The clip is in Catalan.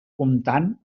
comptant